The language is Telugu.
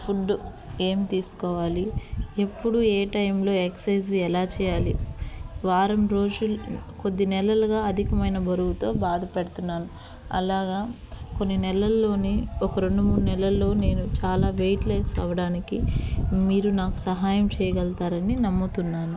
ఫుడ్డు ఏం తీసుకోవాలి ఎప్పుడు ఏ టైంలో ఎక్సైజ్ ఎలా చేయాలి వారం రోజులు కొద్ది నెలలుగా అధికమైన బరువుతో బాధపడుతున్నాను అలాగా కొన్ని నెలల్లోని ఒక రెండు మూడు నెలల్లో నేను చాలా వెయిట్ లెస్ అవడానికి మీరు నాకు సహాయం చేయగలతారని నమ్ముతున్నాను